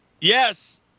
yes